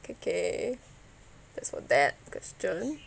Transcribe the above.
K K that's for that question